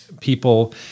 people